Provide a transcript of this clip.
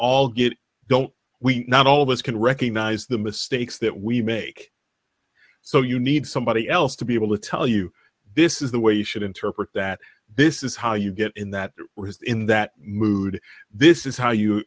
all get don't we not all of us can recognize the mistakes that we make so you need somebody else to be able to tell you this is the way you should interpret that this is how you get in that in that mood this is how you